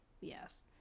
yes